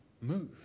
move